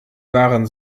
waren